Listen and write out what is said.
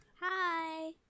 Hi